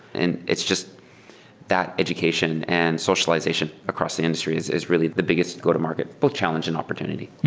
and it's just that education and socialization across the industries is really the biggest go-to-market both challenge and opportunity.